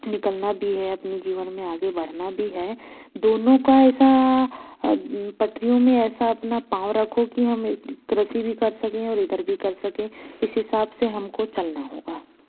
निकलना भी है अपने जीवन में आगे बढ़ना भी है दोनों का ऐसा पटरियों में ऐसा अपना पाँव रखो कि हमें कृषि भी कर सकें और इधर भी कर सकें इस हिसाब से हमको चलना होगा